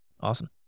Awesome